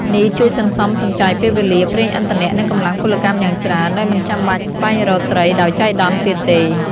នេះជួយសន្សំសំចៃពេលវេលា ប្រេងឥន្ធនៈ និងកម្លាំងពលកម្មយ៉ាងច្រើន ដោយមិនចាំបាច់ស្វែងរកត្រីដោយចៃដន្យទៀតទេ។